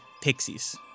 pixies